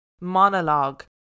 monologue